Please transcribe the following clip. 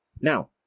Now